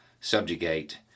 subjugate